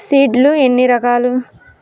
Seed లు ఎన్ని రకాలు?